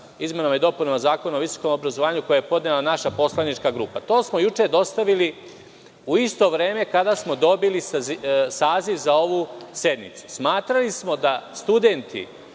izmena i dopuna Zakona o visokom obrazovanju koji je podnela naša poslanička grupa. To smo juče dostavili u isto vreme kada smo dobili saziv za ovu sednicu. Smatrali smo da studenti